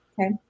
Okay